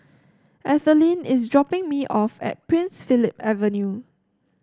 Ethelene is dropping me off at Prince Philip Avenue